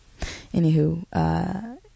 Anywho